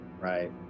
Right